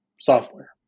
software